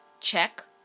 check